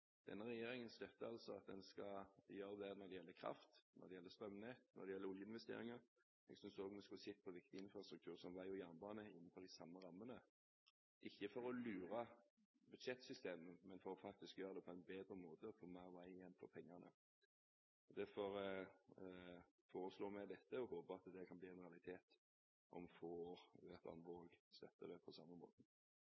Denne regjeringen støtter altså at man skal gjøre det når det gjelder kraft, når det gjelder strømnett, og når det gjelder oljeinvesteringer. Jeg synes også man skulle sett på viktig infrastruktur, som vei og jernbane, innenfor de samme rammene – ikke for å lure budsjettsystemet, men for faktisk å gjøre det på en bedre måte og få mer vei igjen for pengene. Derfor foreslår vi dette og håper at det kan bli en realitet om få år